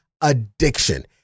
addiction